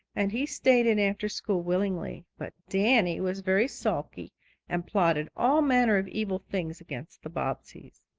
and he stayed in after school willingly. but danny was very sulky and plotted all manner of evil things against the bobbseys.